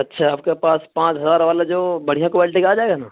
اچھا آپ کے پاس پانچ ہزار والا جو بڑھیا کوالٹی کا آ جائے گا نا